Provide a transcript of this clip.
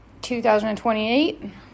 2028